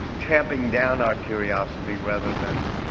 tamping down our curiosity rather than